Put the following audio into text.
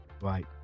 right